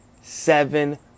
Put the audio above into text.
seven